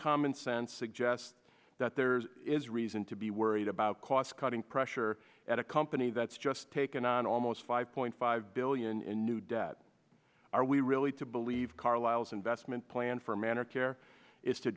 common sense suggests that there's is reason to be worried about cost cutting pressure at a company that's just taken on almost five point five billion in new debt are we really to believe carlyle's investment plan for man or care is to